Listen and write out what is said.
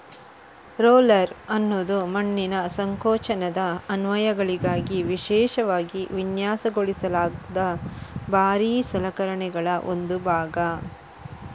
roller ಅನ್ನುದು ಮಣ್ಣಿನ ಸಂಕೋಚನದ ಅನ್ವಯಗಳಿಗಾಗಿ ವಿಶೇಷವಾಗಿ ವಿನ್ಯಾಸಗೊಳಿಸಲಾದ ಭಾರೀ ಸಲಕರಣೆಗಳ ಒಂದು ಭಾಗ